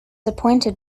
appointed